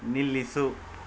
ನಿಲ್ಲಿಸು